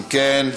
אם כן,